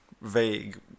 vague